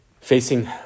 Facing